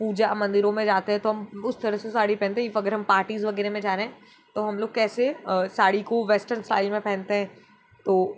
पूजा मंदिरों में जाते है तो हम उस तरह से साड़ी पहनते हैं इफ़ अगर हम पार्टीज़ वगैरह में जा रहे हैं तो हम लोग कैसे साड़ी को वेस्टर्न स्टाइल में पहनते हैं तो